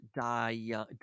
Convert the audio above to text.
die